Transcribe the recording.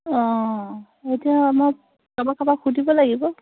অঁ এতিয়া অলপ কাৰোবাক কাৰোবাক সুধিব লাগিব